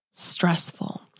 Stressful